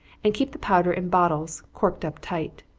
and keep the powder in bottles, corked up tight.